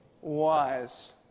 wise